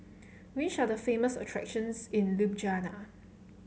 which are the famous attractions in Ljubljana